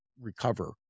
recover